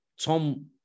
Tom